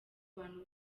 bantu